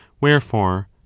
wherefore